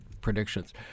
predictions